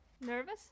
Nervous